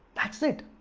that's it